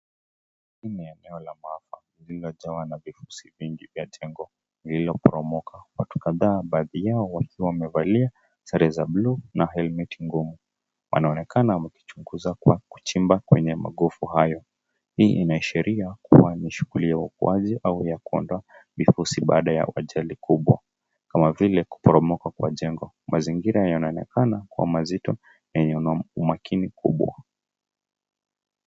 Hili ni eneo la maafa lililojaa na vifusi vingi vya jengo lililoporomoka. Watu kadhaa, baadhi yao wakiwa wamevalia sare za bluu na helmeti ngumu, wanaonekana wakichunguza kwa kuchimba kwenye magofu hayo. Hii inaashiria kuwa ni shughuli ya uokoaji au ya kuondoa vifusi baada ya ajali kubwa, kama vile kuporomoka kwa jengo. Mazingira yanaonekana kuwa mazito yenye umakini mkubwa.